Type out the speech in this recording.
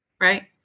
right